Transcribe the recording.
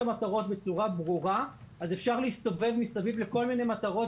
המטרות בצורה ברורה אז אפשר להסתובב מסביב לכל מיני מטרות